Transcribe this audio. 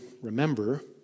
remember